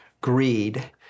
greed